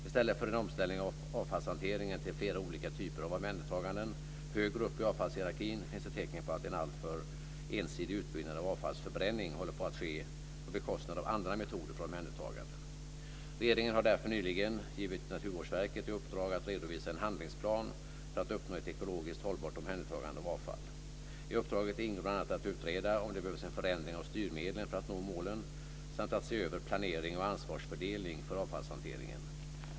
I stället för en omställning av avfallshanteringen till flera olika typer av omhändertaganden högre upp i avfallshierarkin, finns det tecken på att en alltför ensidig utbyggnad av avfallsförbränning håller på att ske på bekostnad av andra metoder för omhändertagande. Regeringen har därför nyligen givit Naturvårdsverket i uppdrag att redovisa en handlingsplan för att uppnå ett ekologiskt hållbart omhändertagande av avfall. I uppdraget ingår bl.a. att utreda om det behövs en förändring av styrmedlen för att nå målen samt att se över planering och ansvarsfördelning för avfallshanteringen.